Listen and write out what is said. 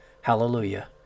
Hallelujah